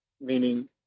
meaning